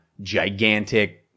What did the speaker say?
gigantic